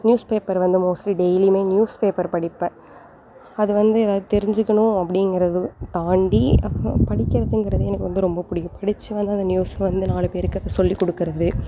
news paper வந்து mostly டெய்லியுமே news paper படிப்பேன் அது வந்து எதாவது தெரிஞ்சுக்கணும் அப்படிங்குறது தாண்டி படிக்கிறதுங்குறதே வந்து எனக்கு ரொம்ப பிடிக்கும் படிச்சு வந்து அந்த நியூஸில் வந்து நாலு பேருக்கு அதை சொல்லிக்கொடுக்கறது